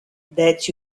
that